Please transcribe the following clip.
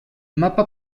mapa